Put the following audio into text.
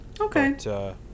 Okay